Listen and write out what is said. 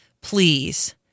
please